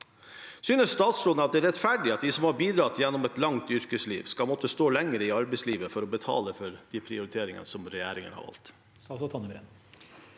Synes statsråden det er rettferdig at de som har bidratt gjennom et langt yrkesliv, skal måtte stå lenger i arbeidslivet for å betale for prioriteringene som regjeringen har gjort?